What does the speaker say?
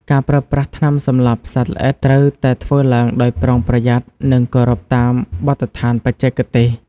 ការប្រើប្រាស់ថ្នាំសម្លាប់សត្វល្អិតត្រូវតែធ្វើឡើងដោយប្រុងប្រយ័ត្ន និងគោរពតាមបទដ្ឋានបច្ចេកទេស។